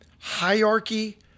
hierarchy